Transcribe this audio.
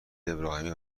ابراهیمی